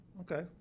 Okay